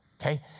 okay